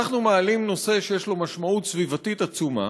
אנחנו מעלים נושא שיש לו משמעות סביבתית עצומה,